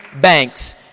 banks